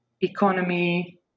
economy